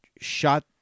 shot